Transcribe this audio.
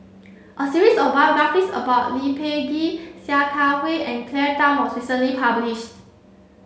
a series of biographies about Lee Peh Gee Sia Kah Hui and Claire Tham was recently published